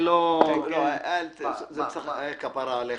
כן, כן, כפרה עליך.